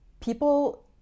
people